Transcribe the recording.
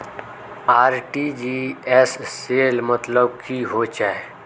RTGS सेल मतलब की होचए?